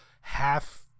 half